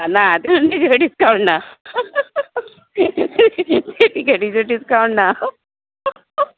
ना तितूंत कितें डिस्कावन्ट ना फेरीचो डिस्कावन्ट ना